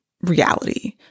reality